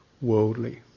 worldly